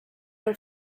are